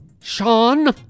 Sean